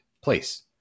place